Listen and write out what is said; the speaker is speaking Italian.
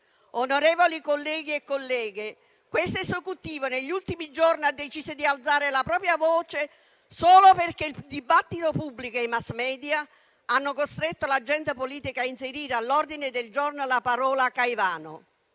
Onorevoli colleghi e colleghe, negli ultimi giorni questo Esecutivo ha deciso di alzare la propria voce solo perché il dibattito pubblico e i *mass media* hanno costretto l'agenda politica a inserire all'ordine del giorno la parola «Caivano»;